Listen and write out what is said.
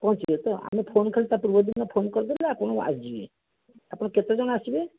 ପହଞ୍ଚିଯିବେ ତ ଆମେ ଫୋନ୍ ଖାଲି ତା ପୂର୍ବଦିନ ଫୋନ୍ କରିଦେଲେ ଆପଣ ଆସିଯିବେ ଆପଣ କେତେଜଣ ଆସିବେ